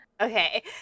Okay